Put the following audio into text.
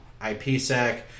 IPSec